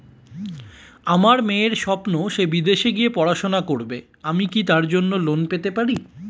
আমার মেয়ের স্বপ্ন সে বিদেশে গিয়ে পড়াশোনা করবে আমি কি তার জন্য লোন পেতে পারি?